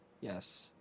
Yes